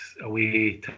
away